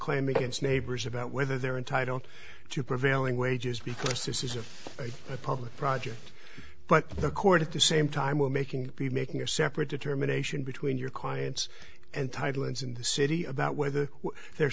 claim against neighbors about whether they're entitled to prevailing wages because this isn't a public project but the court at the same time we're making be making a separate determination between your clients and tidelands in the city about whether they're